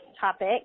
topic